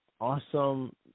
awesome